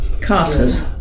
carters